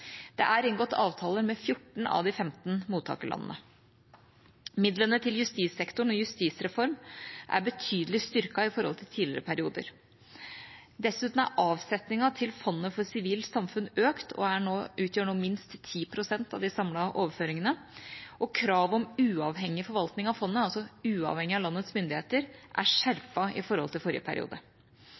Det er inngått avtaler med 14 av de 15 mottakerlandene. Midlene til justissektoren og justisreform er betydelig styrket i forhold til tidligere perioder. Dessuten er avsetningen til fondet for sivilt samfunn økt og utgjør nå minst 10 pst. av de samlede overføringene, og kravet om uavhengig forvaltning av fondet, altså uavhengig av landets myndigheter, er skjerpet i forhold til forrige periode.